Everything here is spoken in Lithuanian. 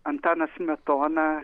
antanas smetona